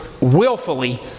willfully